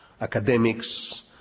academics